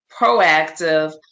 proactive